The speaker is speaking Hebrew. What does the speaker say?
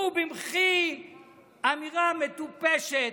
הוא, במחי אמירה מטופשת: